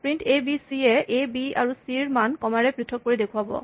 print A B C য়ে A B আৰু C ৰ মান কমা ৰে পৃথক কৰি দেখুৱাব